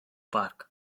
park